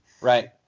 Right